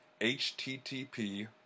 http